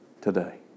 today